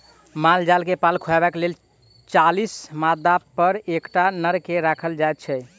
माल जाल के पाल खुअयबाक लेल चालीस मादापर एकटा नर के राखल जाइत छै